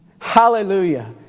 Hallelujah